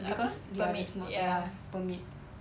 because dia ada semua ya permit